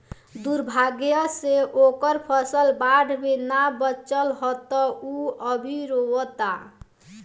दुर्भाग्य से ओकर फसल बाढ़ में ना बाचल ह त उ अभी रोओता